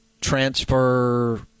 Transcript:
transfer